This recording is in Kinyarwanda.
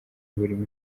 burimo